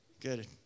Good